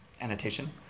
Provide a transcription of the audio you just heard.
annotation